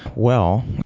well,